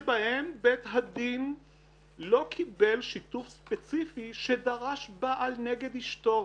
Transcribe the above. שבהן בית הדין לא קיבל שיתוף ספציפי שדרש בעל נגד אישתו.